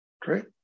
Great